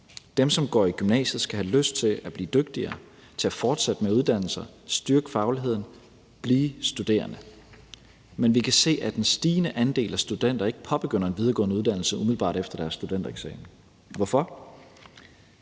Dem, som går i gymnasiet, skal have lyst til at blive dygtigere, til at fortsætte med at uddanne sig, til at styrke fagligheden og til at blive studerende. Men vi kan se, at en stigende andel af studenter ikke påbegynder en videregående uddannelse umiddelbart efter deres studentereksamen. Hvorfor?